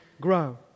grow